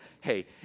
hey